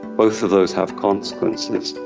both of those have consequences.